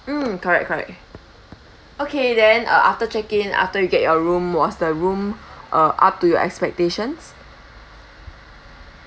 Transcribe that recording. mm correct correct okay then uh after check in after you get your room was the room uh up to your expectations